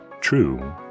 true